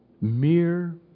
Mere